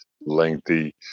lengthy